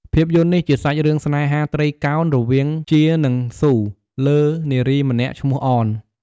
ភាពយន្តនេះជាសាច់រឿងស្នេហាត្រីកោណរវាងជា និងស៊ូ លើនារីម្នាក់ឈ្មោះ អន ។